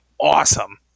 awesome